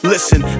Listen